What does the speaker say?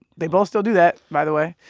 they both still do that, by the way.